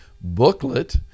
booklet